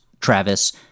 Travis –